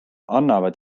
annavad